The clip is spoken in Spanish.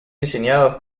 diseñados